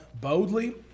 boldly